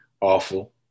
awful